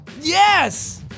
Yes